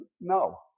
No